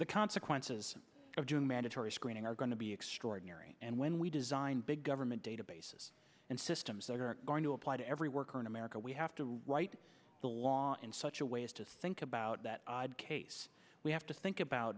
the consequences of doing mandatory screening are going to be extraordinary and when we design big government databases and systems that are going to apply to every worker in america we have to write the law in such a way as to think about that case we have to think about